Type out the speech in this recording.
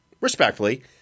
respectfully